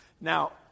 Now